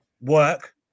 work